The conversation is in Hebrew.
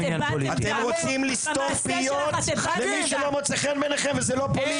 אתם רוצים לסתום פיות למי שלא מוצא חן בעיניכם וזה לא פוליטי